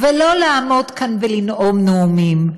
ולא לעמוד כאן ולנאום נאומים,